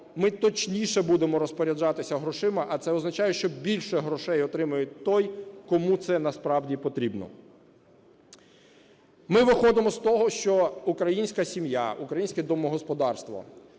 ми точніше будемо розпоряджатися грошима, а це означає, що більше грошей отримає той, кому це насправді потрібно. Ми виходимо з того, що українська сім'я, українське домогосподарство,